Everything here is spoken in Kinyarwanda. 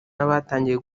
n’abatangiye